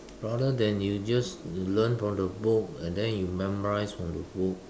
rather than you just learn from the book and then you memorize from the book